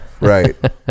Right